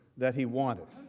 that he wanted?